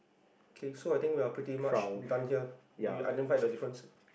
okay so I think we are pretty much invent here we I never find the difference